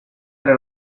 era